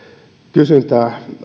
kysyntää